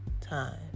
time